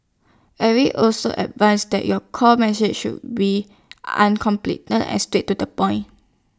Eric also advised that your core message should be uncomplicated and straight to the point